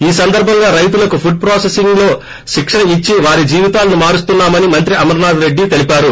ఈ సందర్బంగా రైతులకు ఫుడ్ ప్రాసెసింగ్ లో శిక్షణ ఇచ్చి వారి జీవితాలను మారుస్తున్నామని మంత్రి అమర్పాథ్ రెడ్డి తెలిపారు